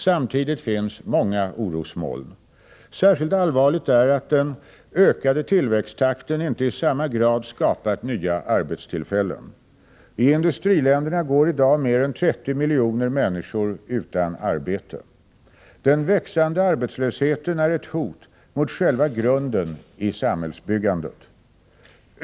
Samtidigt finns många orosmoln. Särskilt allvarligt är att den ökade tillväxttakten inte i samma grad skapat nya arbetstillfällen. I industriländerna går i dag mer än 30 miljoner människor utan arbete. Den växande arbetslösheten är ett hot mot själva grunden i samhällsbyggandet.